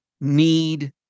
need